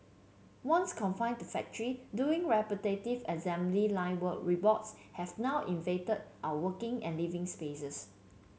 once confined to factories doing repetitive assembly line work robots have now invaded our working and living spaces